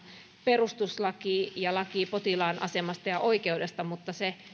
perustuslaki ja laki potilaan asemasta ja oikeudesta mutta se